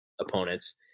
opponents